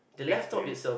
X waves